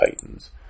Titans